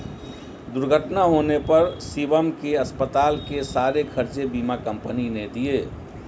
दुर्घटना होने पर शिवम के अस्पताल के सारे खर्चे बीमा कंपनी ने दिए